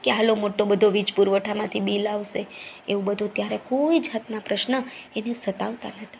કે આટલો માટો વિજ પુરવઠામાંથી બિલ આવશે એવું બધુ ત્યારે કંઈ જાતના પ્રશ્નએને સતાવતા નતા